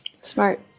Smart